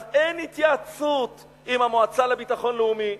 אז אין התייעצות עם המועצה לביטחון לאומי.